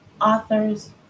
authors